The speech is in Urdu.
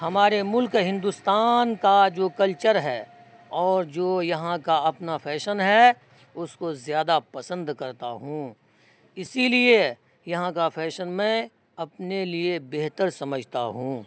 ہمارے ملک ہندوستان کا جو کلچر ہے اور جو یہاں کا اپنا فیشن ہے اس کو زیادہ پسند کرتا ہوں اسی لیے یہاں کا فیشن میں اپنے لیے بہتر سمجھتا ہوں